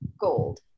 gold